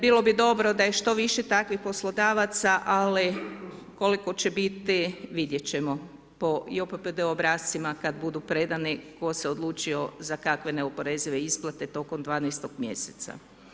Bilo bi dobro da je što više takvih poslodavaca, ali koliko će biti, vidjeti ćemo i po … [[Govornik se ne razumije]] obrascima kada budu predani tko se odlučio za kakve neoporezive isplate tokom 12-tog mjeseca.